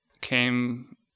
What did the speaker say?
came